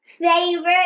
favorite